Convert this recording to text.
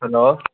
hello